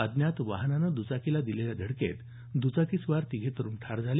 अज्ञात वाहनानं द्रचाकीला दिलेल्या धडकेत दुचाकीस्वार तिघे तरुण ठार झाले